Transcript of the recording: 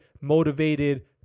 motivated